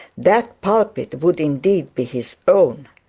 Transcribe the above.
that pulpit would indeed be his own.